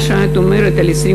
מה שאת אומרת על 22